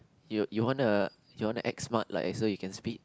you you wanna you wanna act smart like as though you can speak